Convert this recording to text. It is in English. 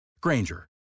Granger